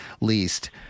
least